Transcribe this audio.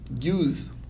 Use